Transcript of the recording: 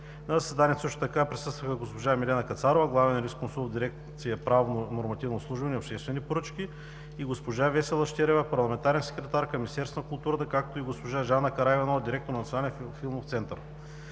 На заседанието също така присъстваха: госпожа Миглена Кацарова – главен юрисконсулт в Дирекция „Правно нормативно обслужване и обществени поръчки“, и госпожа Весела Щерева – парламентарен секретар към Министерството на културата, както и госпожа Жана Караиванова – директор на Национален филмов център.